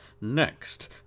Next